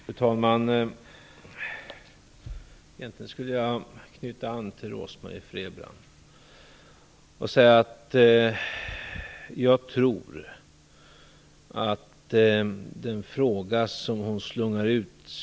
Fru talman! Jag vill knyta an till den fråga som Rose-Marie Frebran slungar ut.